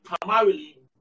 primarily